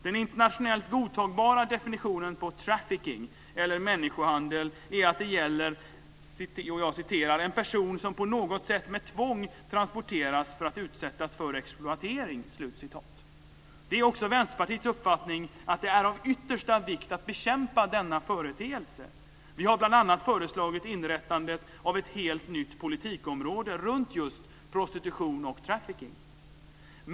Den internationellt godtagna definitionen på trafficking, eller människohandel, är att det gäller "en person som på något sätt med tvång transporterats för att utsättas för exploatering". Det är också Vänsterpartiets uppfattning att det är av yttersta vikt att bekämpa denna företeelse - vi har bl.a. föreslagit inrättandet av ett helt nytt politikområde runt just prostitution och trafficking.